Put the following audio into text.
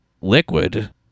liquid